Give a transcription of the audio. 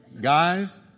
guys